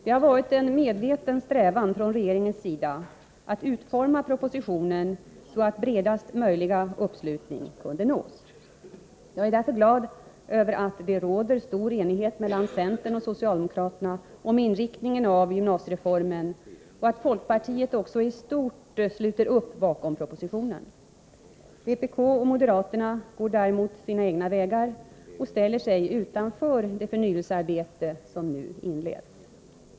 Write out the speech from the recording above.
Det har varit en medveten strävan från regeringens sida att utforma propositionen så att bredaste möjliga uppslutning kunde nås. Jag är därför glad över att det råder stor enighet mellan centern och socialdemokraterna om inriktningen av gymnasiereformen och att folkpartiet också i stort sluter upp bakom propositionen. Vpk och moderaterna går däremot sina egna vägar och ställer sig utanför det förnyelsearbete som nu inleds.